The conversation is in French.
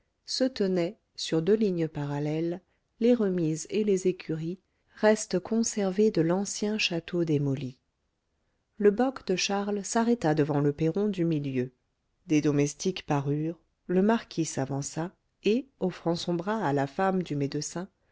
se tenaient sur deux lignes parallèles les remises et les écuries restes conservés de l'ancien château démoli le boc de charles s'arrêta devant le perron du milieu des domestiques parurent le marquis s'avança et offrant son bras à la femme du médecin